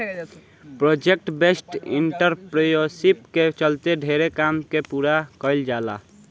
project based entrepreneurship के चलते ढेरे काम के पूरा कईल जाता